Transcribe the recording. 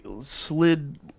slid